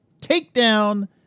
takedown